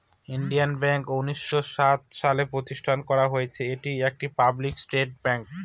Indian bank উনিশশো সাত সালে প্রতিষ্ঠান করা হয়েছিল এটি একটি পাবলিক সেক্টর ব্যাঙ্ক